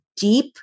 deep